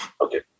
okay